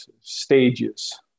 stages